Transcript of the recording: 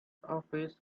office